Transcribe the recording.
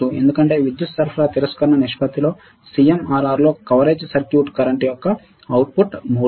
ఎందుకంటే విద్యుత్ సరఫరా తిరస్కరణ నిష్పత్తిలో CMRR లో కవరేజ్ సర్క్యూట్ కరెంట్ యొక్క అవుట్పుట్ మూలం